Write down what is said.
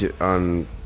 on